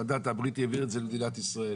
המנדט הבריטי העביר את זה למדינת ישראל.